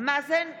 מאזן גנאים,